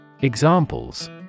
Examples